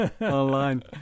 online